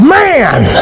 man